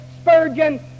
Spurgeon